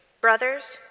Brothers